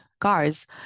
cars